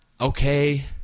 Okay